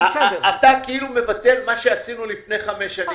אתה מבטל מה שעשינו לפני חמש שנים.